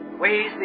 ways